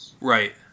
Right